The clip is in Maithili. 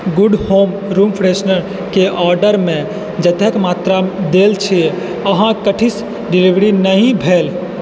गुड होम रूम फ्रेशनरके ऑडरमे जतेक मात्रा देल छै ओ ठीकसँ डिलीवर नहि भेल